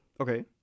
Okay